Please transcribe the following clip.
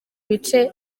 bice